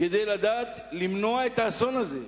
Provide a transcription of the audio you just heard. כדי למנוע את האסון הזה.